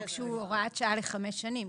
זה חוק שהוא הוראת שעה לחמש שנים.